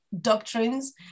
doctrines